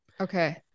Okay